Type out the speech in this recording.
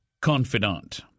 confidant